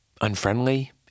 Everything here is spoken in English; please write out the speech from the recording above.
unfriendly